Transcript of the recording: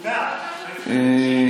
בעד.